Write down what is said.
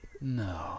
No